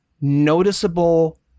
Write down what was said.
noticeable